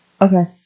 Okay